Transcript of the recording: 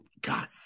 God